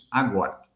agora